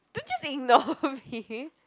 don't just ignore me